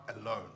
alone